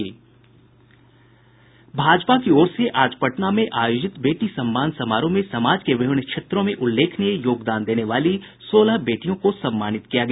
भाजपा की ओर से आज पटना में आयोजित बेटी सम्मान समारोह में समाज के विभिन्न क्षेत्रों में उल्लेखनीय योगदान देने वाली सोलह बेटियों को सम्मानित किया गया